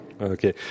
Okay